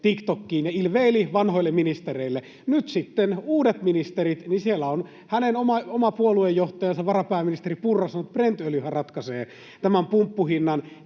TikTokiin ja ilveili vanhoille ministereille. Nyt sitten on uudet ministerit, ja siellä hänen oma puoluejohtajansa, varapääministeri Purra sanoo, että Brent-öljyhän ratkaisee tämän pumppuhinnan.